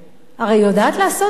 הרי היא יודעת לעשות את זה.